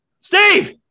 Steve